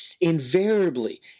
invariably